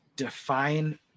define